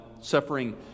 suffering